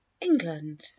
England